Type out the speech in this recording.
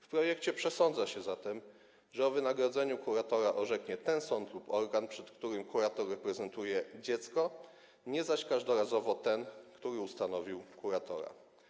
W projekcie przesądza się zatem, że o wynagrodzeniu kuratora orzeknie ten sąd lub organ, przed którym kurator reprezentuje dziecko, nie zaś każdorazowo ten, który ustanowił kuratora.